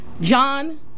John